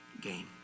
game